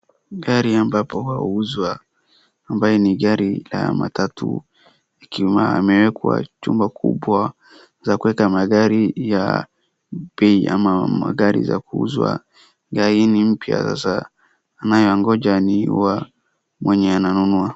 Gari ambapo huwa huuzwa ambaye ni gari la matatu ikiwa amewekwa chuma kubwa za kuweka magari ya bei ama magari za kuuzwa, gari hii ni mpya sasa ainayoongonja ni wa mwenye anaayenunua.